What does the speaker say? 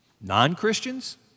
Non-Christians